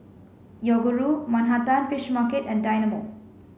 Yoguru Manhattan Fish Market and Dynamo